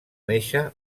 néixer